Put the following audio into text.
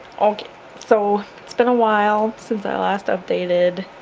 okay so it's been awhile since i last updated,